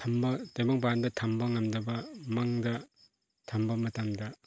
ꯊꯝꯕ ꯇꯥꯏꯕꯪꯄꯥꯟꯗ ꯊꯝꯕ ꯉꯝꯗꯕ ꯃꯪꯗ ꯊꯝꯕ ꯃꯇꯝꯗ